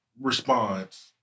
response